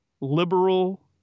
liberal